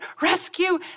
rescue